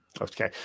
okay